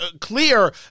clear